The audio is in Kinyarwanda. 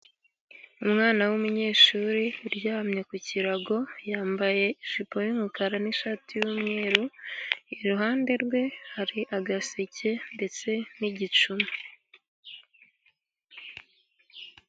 Umwana w'umunyeshuri uryamye ku kirago, yambaye ijipo y'umukara n'ishati y'umweru. Iruhande rwe hari agaseke ndetse n'igicuma.